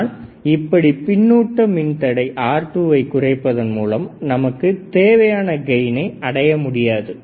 ஆனால் அப்படி பின்னுட்டு மின்தடை R2வை குறைப்பதன் மூலம் நம்மால் தேவையான கெய்னை அடைய முடியாது